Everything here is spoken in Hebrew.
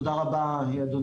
תודה רבה אדוני.